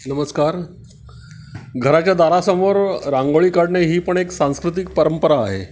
नमस्कार घराच्या दारासमोर रांगोळी काढणे ही पण एक सांस्कृतिक परंपरा आहे